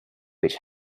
which